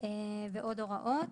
ועוד הוראות.